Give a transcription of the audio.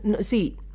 See